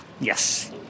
Yes